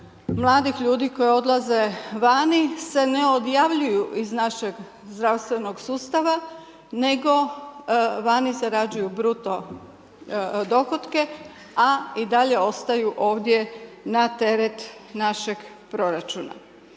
mladih ljudi koji odlaze vani se ne odjavljuju iz našeg zdravstvenog sustava, nego vani zarađuju bruto dohotke, a i dalje ostaju ovdje na teret našeg proračuna.